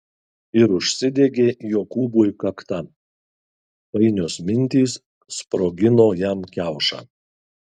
ir užsidegė jokūbui kakta painios mintys sprogino jam kiaušą